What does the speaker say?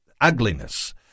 ugliness